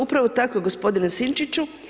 Upravo tako gospodine Sinčiću.